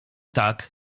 tak